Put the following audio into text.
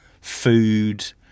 food